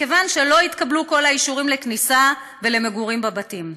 מכיוון שלא התקבלו כל האישורים לכניסה ולמגורים בבתים,